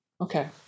okay